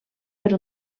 per